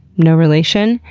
no relation.